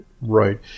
Right